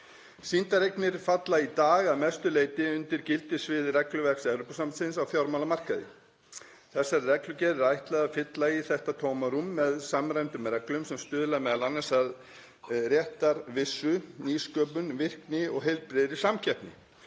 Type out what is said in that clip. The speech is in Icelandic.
Sýndareignir falla í dag að mestu leyti utan gildissviðs regluverks Evrópusambandsins á fjármálamarkaði. Þessari reglugerð er ætlað að fylla í þetta tómarúm með samræmdum reglum sem stuðla m.a. að réttarvissu, nýsköpun, virkri og heilbrigðri samkeppni